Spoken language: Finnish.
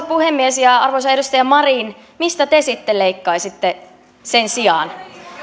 puhemies arvoisa edustaja marin mistä te sitten leikkaisitte sen sijaan